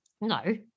No